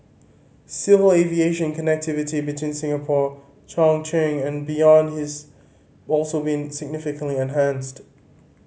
civil aviation connectivity between Singapore Chongqing and beyond has also been significantly enhanced